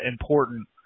important